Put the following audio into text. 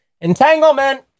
Entanglement